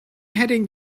heading